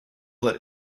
that